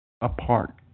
apart